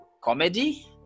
comedy